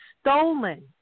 stolen